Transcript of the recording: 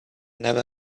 never